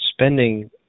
spending